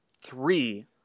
three